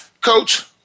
Coach